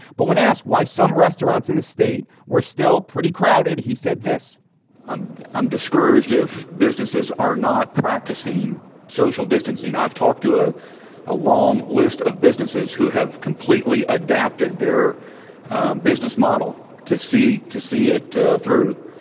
but when asked why some restaurants in the state were still pretty crowded, he said this i'm i'm discouraged if businesses are not practicing social distancing. i've talked to a a long list of businesses who have completely adapted their business model to see to see it through.